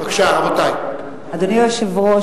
אדוני היושב-ראש,